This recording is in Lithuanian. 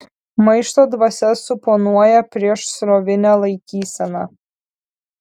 maišto dvasia suponuoja priešsrovinę laikyseną